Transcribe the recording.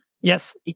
Yes